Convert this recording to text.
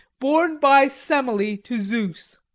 born by semele to zeus.